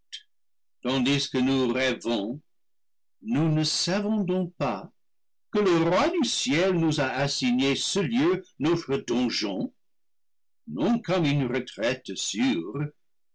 tandis que nous rêvons nous ne savons donc pas que le roi du ciel nous a assigné ce lieu notre donjon non comme une retraite sûre